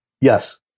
Yes